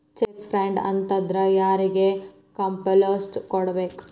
check fraud ಆತಂದ್ರ ಯಾರಿಗ್ complaint ಕೂಡ್ಬೇಕು